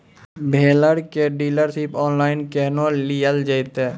Vendor केर dealership online केहनो लियल जेतै?